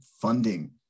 funding